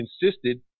Insisted